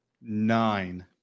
nine